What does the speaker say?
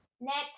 next